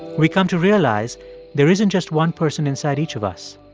we come to realize there isn't just one person inside each of us.